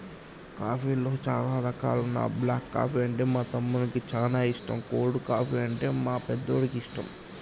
కాఫీలో చానా రకాలున్న బ్లాక్ కాఫీ అంటే మా తమ్మునికి చానా ఇష్టం, కోల్డ్ కాఫీ, అంటే మా పెద్దోడికి ఇష్టం